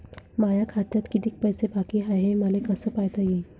माया खात्यात कितीक पैसे बाकी हाय हे मले कस पायता येईन?